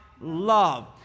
love